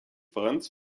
franz